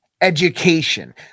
education